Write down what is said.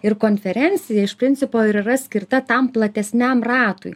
ir konferencija iš principo ir yra skirta tam platesniam ratui